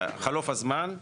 חלוף הזמן,